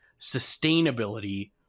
sustainability